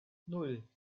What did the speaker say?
nan